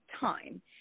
time